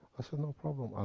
i said, no problem,